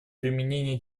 применения